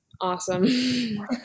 awesome